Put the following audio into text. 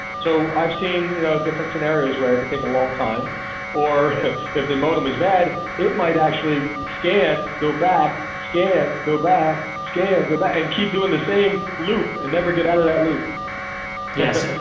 so i've seen you know different scenarios where it could take a long time or if the modem is bad it might actually scan go back scan go back scan go back and keep doing the same loop and never get out of that loop yes,